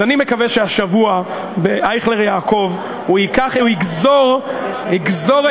אז אני מקווה שהשבוע ב"אייכלר יעקוב" הוא יגזור את הקטע,